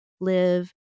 live